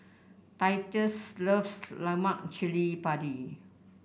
Titus loves Lemak Cili Padi